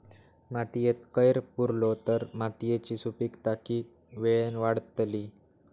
मातयेत कैर पुरलो तर मातयेची सुपीकता की वेळेन वाडतली?